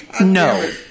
No